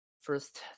first